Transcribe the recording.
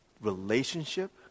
relationship